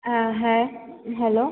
হ্যাঁ হ্যাঁ হ্যালো